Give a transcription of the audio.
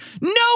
Nope